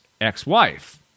ex-wife